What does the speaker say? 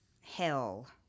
hell